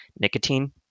Nicotine